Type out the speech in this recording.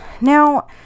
now